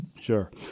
Sure